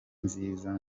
nziza